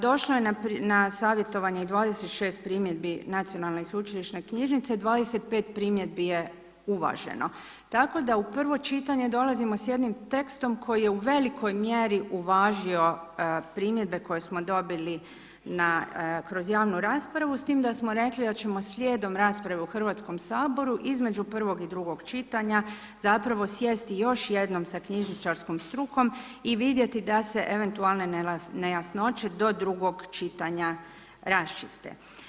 Došlo je na savjetovanje i 26 primjedbi Nacionalne i sveučilišne knjižnice, 25 primjedbi je uvaženo tako da u prvo čitanje dolazimo s jednim tekstom koji je u velikoj mjeri uvažio primjedbe koje smo dobili kroz javnu raspravu, s tim da smo rekli da ćemo slijedom rasprave u Hrvatskom saboru, između prvog i drugog čitanja, zapravo sjesti još jednom sa knjižničarskom strukom i vidjeti da se eventualne nejasnoće do drugog čitanja raščiste.